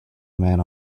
man